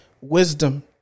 wisdom